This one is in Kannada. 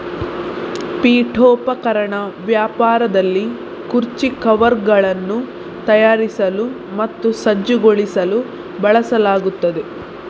ಪೀಠೋಪಕರಣ ವ್ಯಾಪಾರದಲ್ಲಿ ಕುರ್ಚಿ ಕವರ್ಗಳನ್ನು ತಯಾರಿಸಲು ಮತ್ತು ಸಜ್ಜುಗೊಳಿಸಲು ಬಳಸಲಾಗುತ್ತದೆ